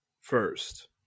first